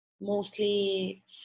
mostly